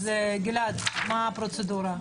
גלעד, מה הפרוצדורה?